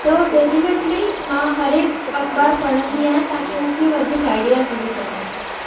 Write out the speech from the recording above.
त डेफ़ीनेटली मां हर एक अख़बार पढ़ंदी आहियां ताकी मूंखे वधीक आइडियाज़ मिली सघनि